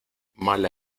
mala